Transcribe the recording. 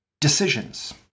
decisions